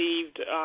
received